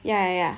ya ya